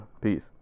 Peace